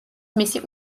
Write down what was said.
მისი